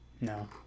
No